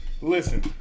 Listen